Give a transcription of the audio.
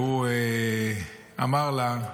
והוא אמר לה,